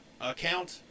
account